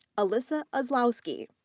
alissa ozlowski.